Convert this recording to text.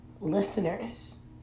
listeners